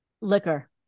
liquor